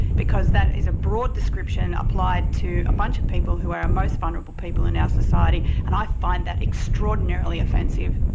because that is a broad description applied to a bunch of people who are our most vulnerable people in our society and i find that extraordinarily offensive.